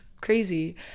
crazy